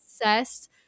obsessed